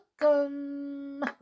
welcome